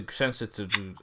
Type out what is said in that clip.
sensitive